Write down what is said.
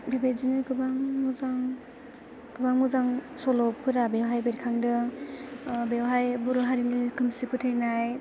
बेबायदिनो गोबां मोजां गोबां मोजां सल'फोरा बेवहाय बेरखांदों बेवहाय बर' हारिनि खोमसि फोथायनाय